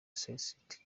celtic